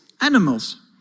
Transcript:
animals